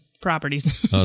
properties